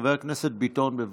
חבר הכנסת ביטון, בבקשה.